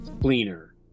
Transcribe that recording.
cleaner